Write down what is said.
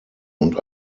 und